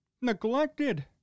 Neglected